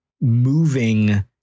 moving